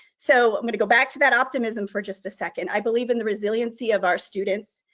so i'm gonna go back to that optimism for just a second. i believe in the resiliency of our students.